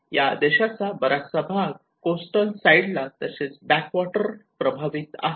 या देशाचा बराचसा भाग कोस्टल साईडला तसेच बॅक वॉटर प्रभावित आहे